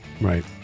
Right